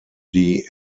die